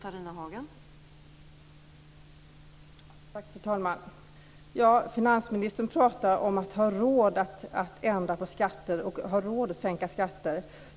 Fru talman! Finansministern pratar om att ha råd att ändra på och sänka skatter.